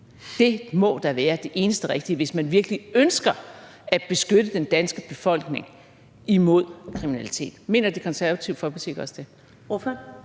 Det må da være det eneste rigtige, hvis man virkelig ønsker at beskytte den danske befolkning imod kriminalitet. Mener Det Konservative Folkeparti ikke også det?